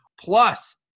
Plus